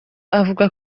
avuga